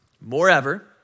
Moreover